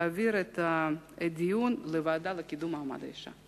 להעביר את הדיון לוועדה לקידום מעמד האשה.